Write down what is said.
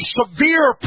severe